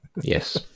Yes